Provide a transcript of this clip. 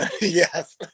yes